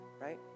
right